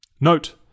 Note